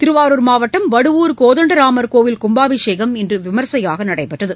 திருவாரூர் மாவட்டம் வடுவூர் கோதண்டராமர் கோவில் கும்பாபிஷேகம் இன்று விமரிசையாக நடைபெற்றது